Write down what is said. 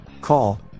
Call